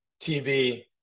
TV